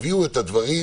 שתביאו את הדברים,